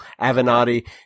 Avenatti